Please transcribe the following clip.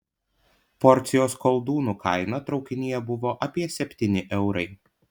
porcijos koldūnų kaina traukinyje buvo apie septyni eurai